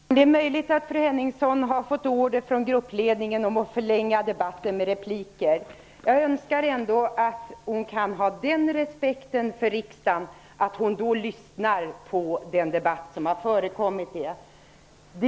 Herr talman! Det är möjligt att fru Hemmingsson har fått order från gruppledningen om att förlänga debatten med repliker. Jag önskar ändå att hon kan ha den respekten för riksdagen att hon lyssnar på den debatt som pågår.